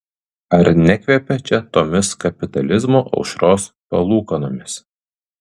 ar nekvepia čia tomis kapitalizmo aušros palūkanomis